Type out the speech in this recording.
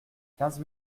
quinze